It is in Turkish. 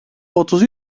otuz